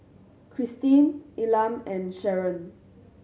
Kristyn Elam and Sharon